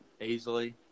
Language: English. easily